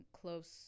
close